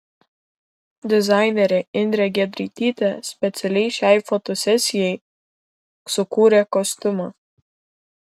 dizainerė indrė giedraitytė specialiai šiai fotosesijai sukūrė kostiumą